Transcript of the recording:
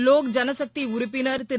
லோக் ஜளசக்திஉறுப்பினர் திரு